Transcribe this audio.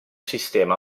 sistema